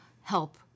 help